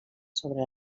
sobre